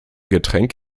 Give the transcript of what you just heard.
getränk